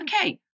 okay